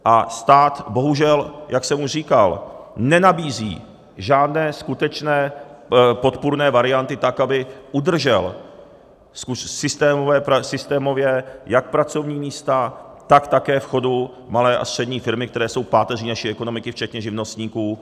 A stát bohužel, jak jsem už říkal, nenabízí žádné skutečné podpůrné varianty tak, aby udržel systémově jak pracovní místa, tak také v chodu malé a střední firmy, které jsou páteří naší ekonomiky včetně živnostníků.